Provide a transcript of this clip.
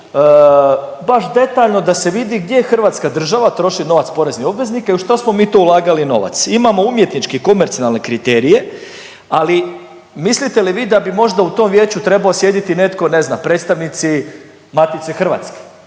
baš detaljno da se vidi gdje Hrvatske država troši novac poreznih obveznika i u šta smo mi to ulagali novac. Imamo umjetnički i komercijalne kriterije ali mislite li vi da bi možda u tom vijeću trebao sjediti netko, ne znam predstavnici Matice hrvatske.